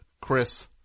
Chris